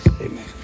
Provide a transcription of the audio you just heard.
Amen